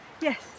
Yes